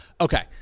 Okay